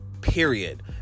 period